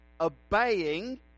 obeying